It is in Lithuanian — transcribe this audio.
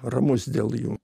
ramus dėl jų